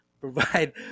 Provide